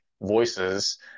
voices